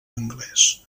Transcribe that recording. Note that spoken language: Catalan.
anglès